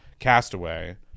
Castaway